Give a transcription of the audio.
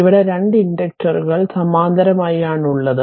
ഇവിടെ 2 ഇൻഡക്റ്ററുകൾ സമാന്തരമായി ആണ് ഉള്ളത്